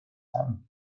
time